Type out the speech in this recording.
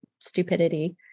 stupidity